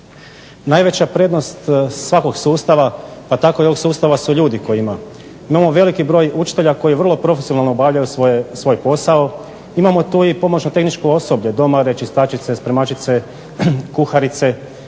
Najveća prednost svakog sustava, pa tako i ovog sustava su ljudi koje ima. Imamo veliki broj učitelja koji vrlo profesionalno obavljaju svoj posao. Imamo tu i pomoćno-tehničko osoblje domare, čistačice, spremačice, kuharice.